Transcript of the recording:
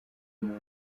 umuntu